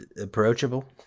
approachable